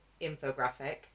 infographic